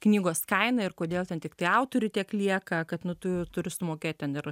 knygos kaina ir kodėl ten tiktai autorių tiek lieka kad nu tu turi sumokėt ten ir